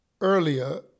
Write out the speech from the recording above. Earlier